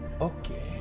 Okay